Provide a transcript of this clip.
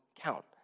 count